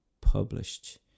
published